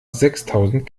sechstausend